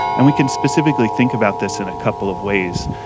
and we can specifically think about this in a couple of ways.